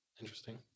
interesting